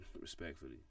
Respectfully